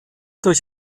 durch